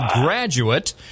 graduate